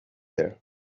there